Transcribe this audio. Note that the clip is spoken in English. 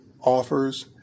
offers